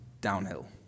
downhill